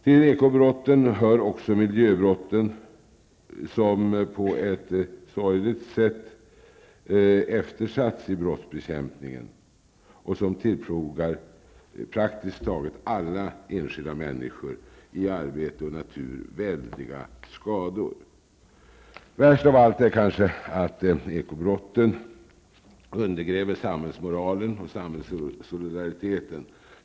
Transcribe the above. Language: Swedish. Till ekobrotten hör också miljöbrotten, som på ett sorgligt sätt eftersatts i brottsbekämpningen och som tillfogar praktiskt taget alla enskilda människor i arbete och natur väldiga skador. Värst av allt är kanske ändå att ekobrotten undergräver samhällsmoralen och samhällssolidariteten.